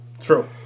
True